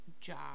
job